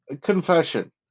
confession